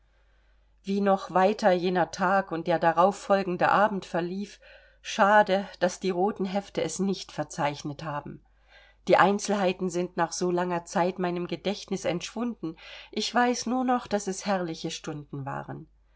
wie noch weiter jener tag und der darauf folgende abend verlief schade daß die roten hefte es nicht verzeichnet haben die einzelheiten sind nach so langer zeit meinem gedächtnis entschwunden ich weiß nur noch daß es herrliche stunden waren